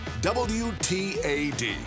WTAD